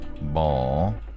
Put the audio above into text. ball